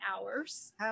hours